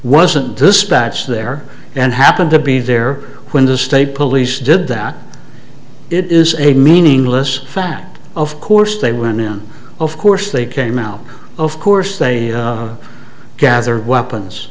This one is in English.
wasn't this spots there and happened to be there when the state police did that it is a meaningless fan of course they went in of course they came out of course they gathered weapons